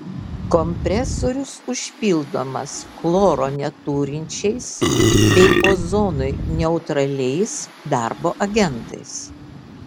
kompresorius užpildomas chloro neturinčiais bei ozonui neutraliais darbo agentais